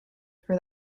for